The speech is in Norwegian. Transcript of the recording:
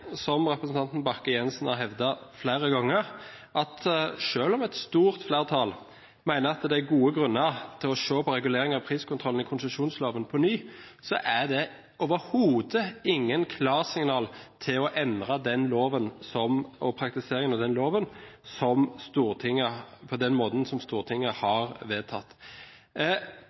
som representanten Bakke-Jensen har hevdet flere ganger, at selv om et stort flertall mener at det er gode grunner til å se på reguleringen av priskontrollen i konsesjonsloven på ny, så er det overhodet ikke noe klarsignal til å endre loven og praktiseringen av den på den måten som Stortinget har vedtatt.